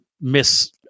miss